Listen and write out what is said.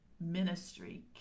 ministry